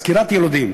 סקירת יילודים,